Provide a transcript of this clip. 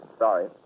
Sorry